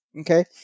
okay